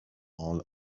all